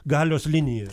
galios liniją